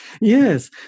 Yes